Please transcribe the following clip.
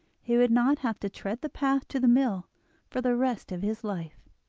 he would not have to tread the path to the mill for the rest of his life.